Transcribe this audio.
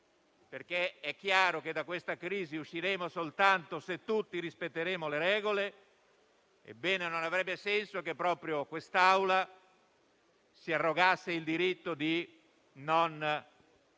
(perché è chiaro che da questa crisi usciremo soltanto se tutti rispetteremo le regole), non avrebbe senso che proprio quest'Assemblea si arrogasse il diritto di non rispettare